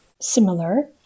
similar